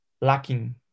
lacking